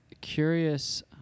curious